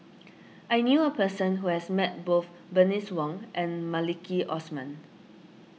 I knew a person who has met both Bernice Wong and Maliki Osman